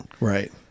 right